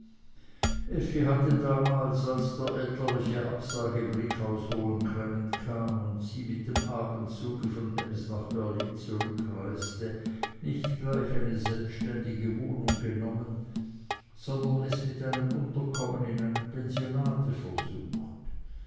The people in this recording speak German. hatte damals als der elterliche absagebrief aus hohen cremmen kam und sie mit dem abendzug von ems nach berlin zurückreiste nicht gleich eine selbständige wohnung genommen sondern es mit einem unterkommen in einem pensionat versucht